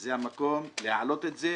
זה המקום להעלות את זה.